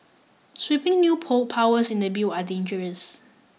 sweeping new powers in the bill are dangerous